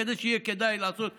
כדי שיהיה כדאי לעשות פינוי-בינוי,